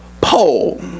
pole